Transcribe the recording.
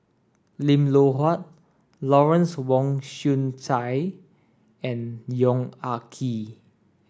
Lim Loh Huat Lawrence Wong Shyun Tsai and Yong Ah Kee